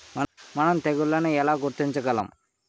మనం తెగుళ్లను ఎలా గుర్తించగలం?